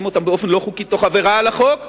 אותם באופן לא חוקי תוך עבירה על החוק,